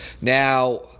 Now